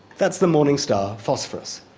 that's the morning star, phosphorus,